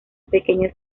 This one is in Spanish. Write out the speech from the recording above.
pequeños